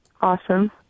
awesome